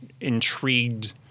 intrigued